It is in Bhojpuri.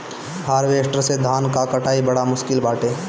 हार्वेस्टर से धान कअ कटाई बड़ा मुश्किल बाटे